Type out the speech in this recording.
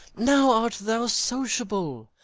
now art thou sociable,